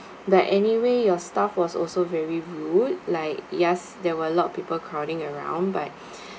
but anyway your staff was also very rude like yes there were a lot of people crowding around but